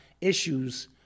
issues